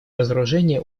разоружения